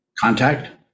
contact